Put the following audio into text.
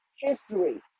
history